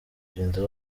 kugenda